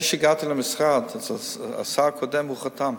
לפני שהגעתי למשרד, השר הקודם חתם.